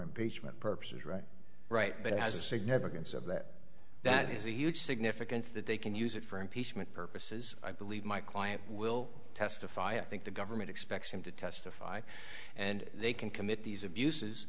basement purposes right right but as a significance of that that is a huge significance that they can use it for impeachment purposes i believe my client will testify i think the government expects him to testify and they can commit these abuses